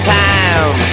time